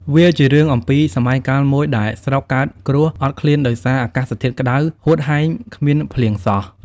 វាជារឿង អំពីសម័យកាលមួយដែលស្រុកកើតគ្រោះអត់ឃ្លានដោយសារអាកាសធាតុក្តៅ ហូតហែងគ្មានភ្លៀងសោះ ។